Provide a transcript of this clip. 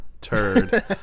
Turd